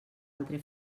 altre